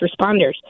responders